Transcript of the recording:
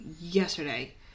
yesterday